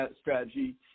strategy